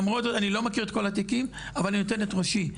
אני לא מכיר את כל התיקים אבל אני אתן את ראשי,